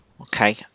Okay